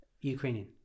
Ukrainian